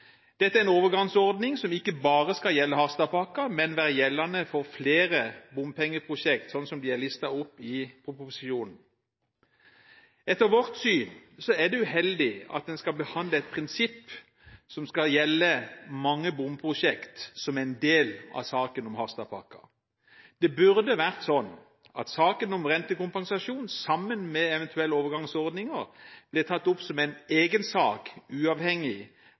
Dette er en overgangsordning som ikke bare skal gjelde Harstadpakken, men være gjeldende for flere bompengeprosjekter, som er listet opp i proposisjonen. Etter vårt syn er det uheldig at en skal behandle et prinsipp som skal gjelde mange bompengeprosjekter, som en del av saken om Harstadpakken. Det burde vært slik at saken om rentekompensasjon, sammen med eventuelle overgangsordninger, blir tatt opp som en egen sak, uavhengig